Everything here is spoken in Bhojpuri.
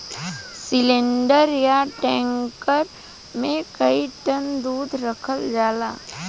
सिलिन्डर या टैंकर मे कई टन दूध रखल जाला